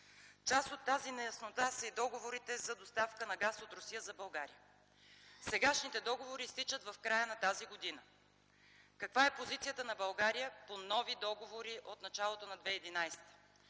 Част от тази неяснота са и договорите за доставка на газ от Русия за България. Сегашните договори изтичат в края на тази година. Каква е позицията на България по нови договори от началото на 2011 г.?